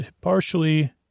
partially